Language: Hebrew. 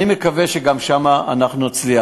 אני מקווה שגם שם אנחנו נצליח.